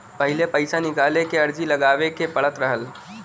पहिले पइसा निकाले क अर्जी लगावे के पड़त रहल